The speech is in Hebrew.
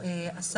אין מה לעשות,